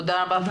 תודה רבה.